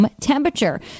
Temperature